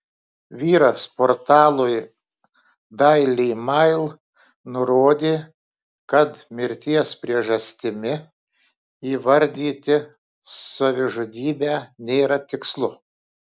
vyras portalui daily mail nurodė kad mirties priežastimi įvardyti savižudybę nėra tikslu